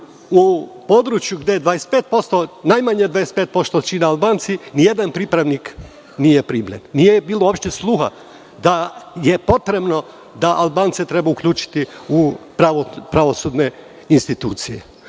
u području gde najmanje 25% čine Albanci nijedan pripravnik nije primljen. Nije uopšte bilo sluha da je potrebno da Albance treba uključiti u pravosudne institucije. Vi